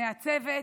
מהצוות,